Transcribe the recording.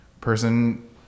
person